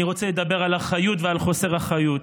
רוצה לדבר על אחריות ועל חוסר אחריות.